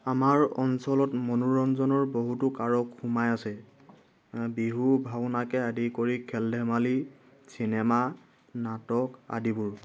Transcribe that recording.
আমাৰ অঞ্চলত মনোৰঞ্জনৰ বহুতো কাৰক সোমাই আছে বিহু ভাওনাকে আদি কৰি খেল ধেমালি চিনেমা নাটক আদিবোৰ